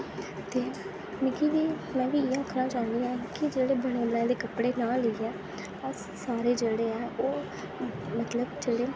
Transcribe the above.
ते मिगी बी में बी इ'यै आक्खना चाह्न्नी आं कि जेह्ड़े बने बनाए दे कपड़े नां लेइयै अस सारे जेह्ड़े ऐ ओह् मतलब जेह्ड़े